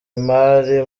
imari